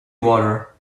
water